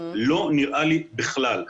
לא נראה לי בכלל.